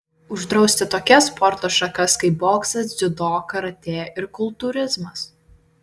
uždrausti tokias sporto šakas kaip boksas dziudo karatė ir kultūrizmas